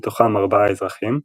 מתוכם ארבעה אזרחים,